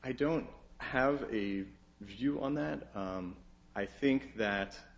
i don't have a view on that i think that